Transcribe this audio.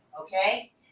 okay